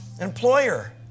employer